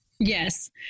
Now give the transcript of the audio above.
Yes